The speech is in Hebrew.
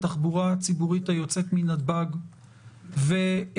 התחבורה הציבורית היוצאת מנתב"ג ונושא